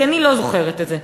כי אני לא זוכרת את זה.